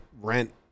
rent